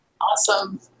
Awesome